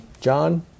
John